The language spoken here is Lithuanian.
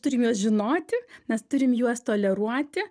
turim juos žinoti mes turim juos toleruoti